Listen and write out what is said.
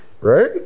Right